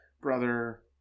brother